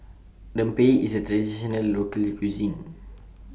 Rempeyek IS A Traditional Local Cuisine